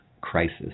crisis